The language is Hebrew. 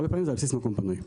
הרבה פעמים על בסיס מקום פנוי.